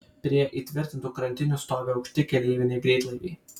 prie įtvirtintų krantinių stovi aukšti keleiviniai greitlaiviai